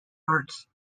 arts